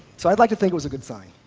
so i'd like to think it was a good sign.